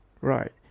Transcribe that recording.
Right